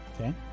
okay